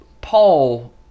Paul